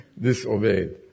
Disobeyed